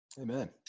Amen